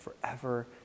forever